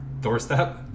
doorstep